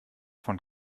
von